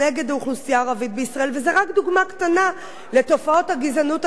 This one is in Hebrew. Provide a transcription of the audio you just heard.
וזו רק דוגמה קטנה לתופעות הגזענות הקשות בחברה הישראלית.